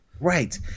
Right